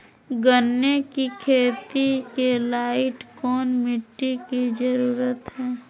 गन्ने की खेती के लाइट कौन मिट्टी की जरूरत है?